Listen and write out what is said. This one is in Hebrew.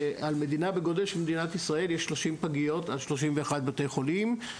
שעל מדינה בגודל של מדינת ישראל יש 30 פגיות על 31 בתי חולים.